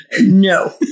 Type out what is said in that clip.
No